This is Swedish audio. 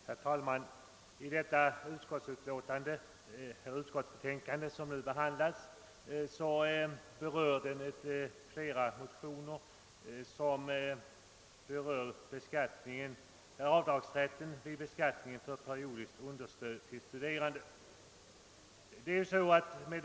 Herr talman! I det utskottsbetänkande som nu behandlas berörs flera motioner om avdragsrätten för periodiskt understöd till studerande vid beskaitningen.